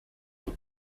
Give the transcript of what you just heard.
for